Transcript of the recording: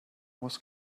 was